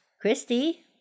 Christy